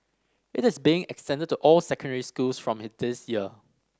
it is being extended to all secondary schools from this year